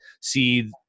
see